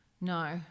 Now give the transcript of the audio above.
No